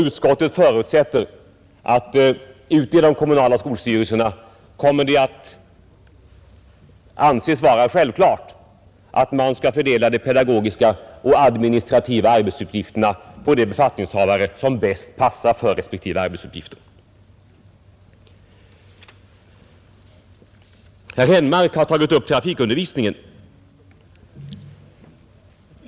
Utskottet förutsätter att det ute i de kommunala skolstyrelserna kommer att anses självklart att man skall fördela de pedagogiska och administrativa arbetsuppgifterna på de befattningshavare som bäst passar för respektive arbetsuppgifter. Herr Henmark tog upp frågan om trafikundervisningen.